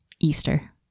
Easter